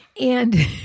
And-